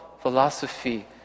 philosophy